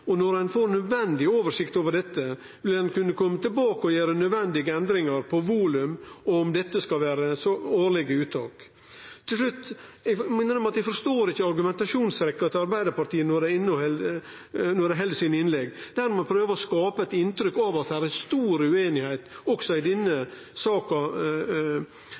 og når ein får nødvendig oversikt over dette, vil ein kunne kome tilbake og gjere nødvendige endringar i volum og om dette skal vere årlege uttak. Til slutt: Eg må innrømme at eg ikkje forstår argumentasjonsrekkja til Arbeidarpartiet når dei held innlegga sine, der dei prøver å skape eit inntrykk av at det er stor ueinigheit også i denne saka,